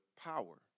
power